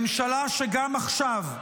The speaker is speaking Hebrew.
ממשלה שגם עכשיו,